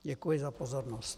Děkuji za pozornost.